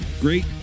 great